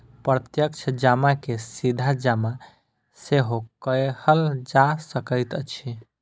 प्रत्यक्ष जमा के सीधा जमा सेहो कहल जा सकैत अछि